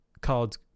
called